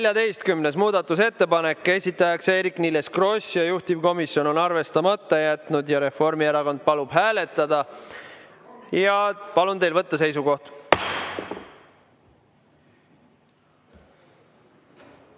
114. muudatusettepanek, esitaja Eerik-Niiles Kross, juhtivkomisjon on arvestamata jätnud ja Reformierakond palub hääletada. Palun teil võtta seisukoht!